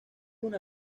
una